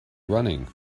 running